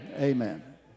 Amen